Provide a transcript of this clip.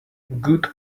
good